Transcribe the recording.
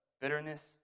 bitterness